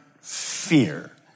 fear